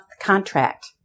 contract